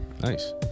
Nice